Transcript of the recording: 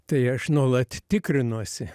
tai aš nuolat tikrinuosi